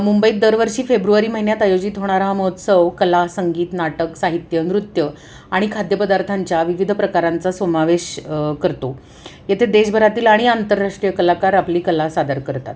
मुंबईत दरवर्षी फेब्रुवारी महिन्यात आयोजित होणारा महोत्सव कला संगीत नाटक साहित्य नृत्य आणि खाद्यपदार्थांच्या विविध प्रकारांचा सोमावेश करतो येथे देशभरातील आणि आंतरराष्ट्रीय कलाकार आपली कला सादर करतात